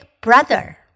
brother